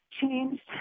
changed